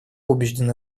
убеждены